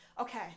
okay